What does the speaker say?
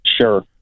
Sure